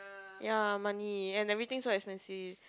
ya money and everything so expensive